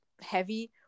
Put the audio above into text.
heavy